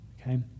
Okay